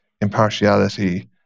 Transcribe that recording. impartiality